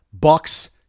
Bucks